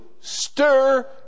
stir